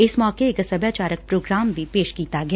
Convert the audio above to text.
ਇਸ ਮੌਕੇ ਇਕ ਸਭਿਆਚਾਰ ਪ੍ਰੋਗਰਾਮ ਵੀ ਪੇਸ਼ ਕੀਤਾ ਗਿਆ